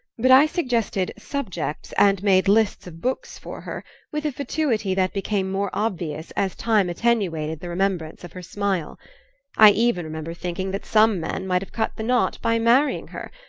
but i suggested subjects and made lists of books for her with a fatuity that became more obvious as time attenuated the remembrance of her smile i even remember thinking that some men might have cut the knot by marrying her,